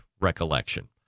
recollection